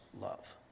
love